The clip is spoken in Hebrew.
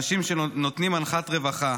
אנשים שנותנים אנחת רווחה,